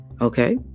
Okay